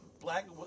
Black